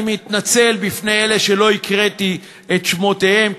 אני מתנצל בפני אלה שלא הקראתי את שמותיהם,